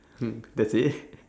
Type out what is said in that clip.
hmm that's it